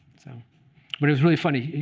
so but it was really funny.